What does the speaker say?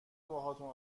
باهاتون